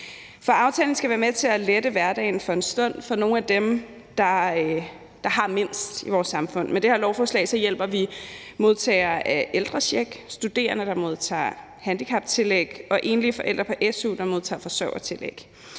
for aftalen skal være med til at lette hverdagen for en stund for nogle af dem, der har mindst i vores samfund. Med det her lovforslag hjælper vi modtagere af ældrecheck, studerende, der modtager handicaptillæg, og enlige forældre på su, der modtager forsørgertillæg.